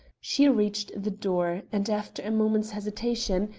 she reached the door, and, after a moment's hesitation,